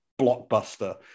blockbuster